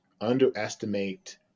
underestimate